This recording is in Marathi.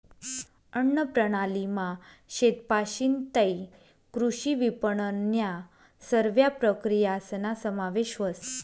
अन्नप्रणालीमा शेतपाशीन तै कृषी विपनननन्या सरव्या प्रक्रियासना समावेश व्हस